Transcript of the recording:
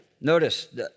Notice